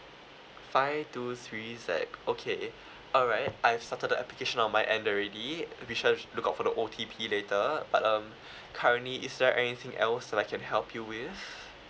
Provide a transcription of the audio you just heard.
five two three Z okay alright I've started the application on my end already be sure look out for the O_T_P later but um currently is there anything else that I can help you with